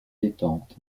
détente